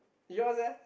you all there